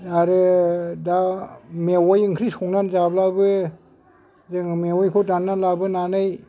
आरो दा मेवाइ ओंख्रि संनानै जाब्लाबो जों मेवाइखौ दानना लाबोनानै